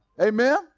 amen